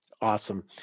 Awesome